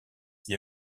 qui